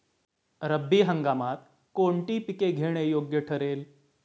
रब्बी हंगामात कोणती पिके घेणे योग्य ठरेल?